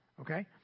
okay